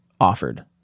offered